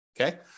Okay